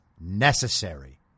necessary